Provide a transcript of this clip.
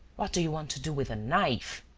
what do you want to do with a knife?